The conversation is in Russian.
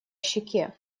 щеке